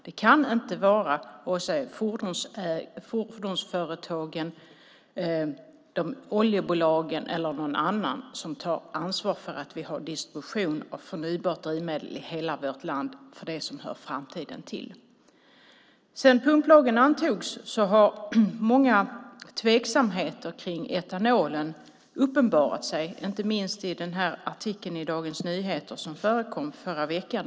Det kan inte vara fordonsföretagen, oljebolagen eller någon annan som tar ansvar för att vi har distribution av förnybart drivmedel i hela vårt land och för det som hör framtiden till. Sedan pumplagen antogs har många tveksamheter om etanolen uppenbarat sig. Det gäller inte minst i den artikel i Dagens Nyheter som förekom förra veckan.